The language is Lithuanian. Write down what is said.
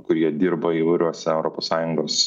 kurie dirba įvairiose europos sąjungos